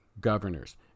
governors